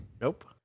Nope